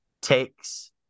takes